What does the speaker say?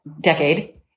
decade